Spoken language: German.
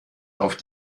auf